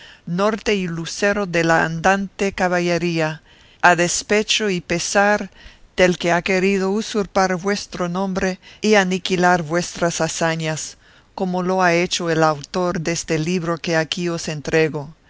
norte y lucero de la andante caballería a despecho y pesar del que ha querido usurpar vuestro nombre y aniquilar vuestras hazañas como lo ha hecho el autor deste libro que aquí os entrego